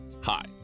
Hi